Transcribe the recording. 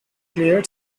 cleared